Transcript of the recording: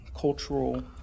cultural